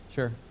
Sure